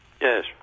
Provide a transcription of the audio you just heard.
Yes